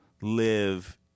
live